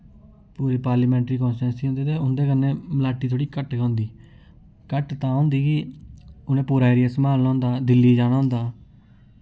पूरी parliamentary constituency होंदे ते उं'दे कन्नै मलाटी थोह्ड़ी घट्ट गै होंदी घट्ट तां होंदी कि उ'नें पूरा एरिया संभालना होंदा दिल्ली जाना होंदा